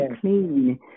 clean